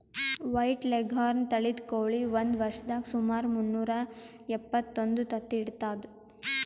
white Leghorn ತಳಿದ್ ಕೋಳಿ ಒಂದ್ ವರ್ಷದಾಗ್ ಸುಮಾರ್ ಮುನ್ನೂರಾ ಎಪ್ಪತ್ತೊಂದು ತತ್ತಿ ಇಡ್ತದ್